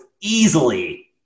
easily